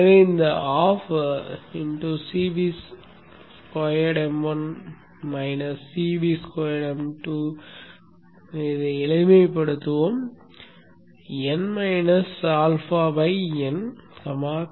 எனவே இந்த ½ ஐ எளிமைப்படுத்துவோம் ᴨ αᴨ Po 2f